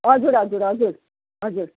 हजुर हजुर हजुर हजुर